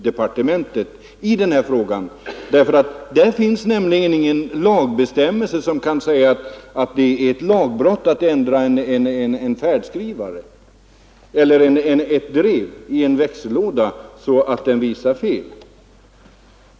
Det finns nämligen inga lagbestämmelser som förbjuder att man ändrar ett drev i en växellåda, så att färdskrivaren visar fel.